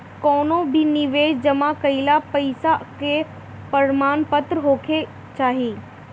कवनो भी निवेश जमा कईल पईसा कअ प्रमाणपत्र होखे के चाही